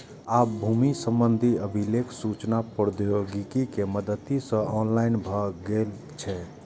आब भूमि संबंधी अभिलेख सूचना प्रौद्योगिकी के मदति सं ऑनलाइन भए गेल छै